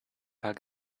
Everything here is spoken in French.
pas